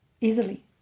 easily